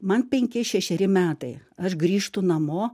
man penki šešeri metai aš grįžtu namo